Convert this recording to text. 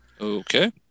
Okay